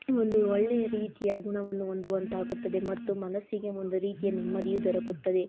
ಒಂದು ಒಳ್ಳೆಯ ರೀತಿಯ ಗುಣವನ್ನು ಹೊಂದುವಂತಾಗುತ್ತದೆ ಮತ್ತು ಮನಸ್ಸಿಗೆ ಒಂದು ರೀತಿಯ ನೆಮ್ಮದಿಯು ದೊರಕುತ್ತದೆ